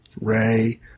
Ray